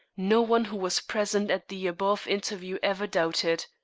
no one who was present at the above interview ever doubted.